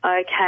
Okay